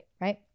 right